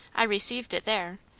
i received it there,